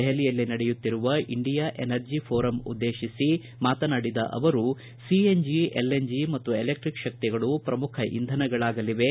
ದೆಹಲಿಯಲ್ಲಿ ನಡೆಯುತ್ತಿರುವ India energy forum ಉದ್ದೇತಿಸಿ ಮಾತನಾಡಿದ ಅವರು ಸಿಎನ್ಜಿ ಎಲ್ಎನ್ಜಿ ಮತ್ತು ಎಲೆಕ್ಟಿಕ್ ಶಕ್ತಿಗಳು ಶ್ರಮುಖ ಇಂಧನಗಳಾಗಲಿವೆ